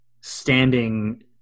standing